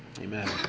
Amen